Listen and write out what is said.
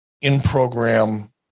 in-program